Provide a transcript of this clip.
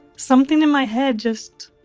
something in my head just